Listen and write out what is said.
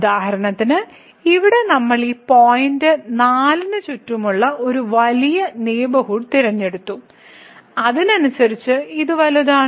ഉദാഹരണത്തിന് ഇവിടെ നമ്മൾ ഈ പോയിന്റ് 4 ന് ചുറ്റുമുള്ള ഒരു വലിയ നെയ്ബർഹുഡ് തിരഞ്ഞെടുത്തു അതിനനുസരിച്ച് ഇത് വലുതാണ്